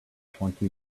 twenty